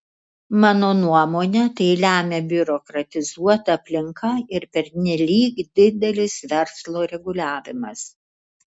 mano nuomone tai lemia biurokratizuota aplinka ir pernelyg didelis verslo reguliavimas